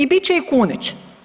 I bit će i Kunić.